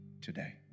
today